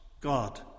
God